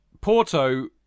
Porto